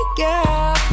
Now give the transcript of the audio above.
girl